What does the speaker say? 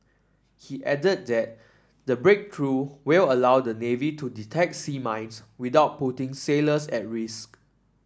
he added that the breakthrough will allow the navy to detect sea mines without putting sailors at risk